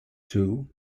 two